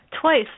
Twice